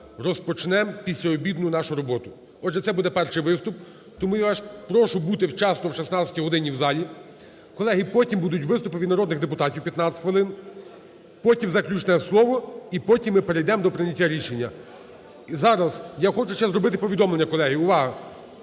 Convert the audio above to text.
розпочнемо післіобідну нашу роботу. Отже, це буде перший виступ, тому я вас прошу бути вчасно о 16 годині в залі. Колеги, потім будуть виступи від народних депутатів 15 хвилин, потім заключне слово і потім ми перейдемо до прийняття рішення. Зараз я хочу зробити повідомлення, колеги, увага.